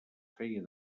feia